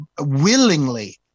willingly